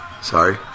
Sorry